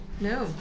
No